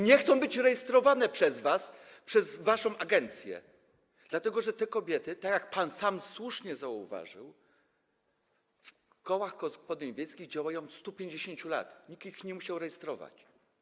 Nie chcą być rejestrowane przez was, przez waszą agencję, dlatego że te kobiety, jak pan sam słusznie zauważył, w kołach gospodyń wiejskich działają od 150 lat, nikt ich nie musiał rejestrować.